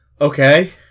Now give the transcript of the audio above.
Okay